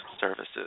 services